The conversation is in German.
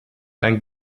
dann